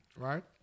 Right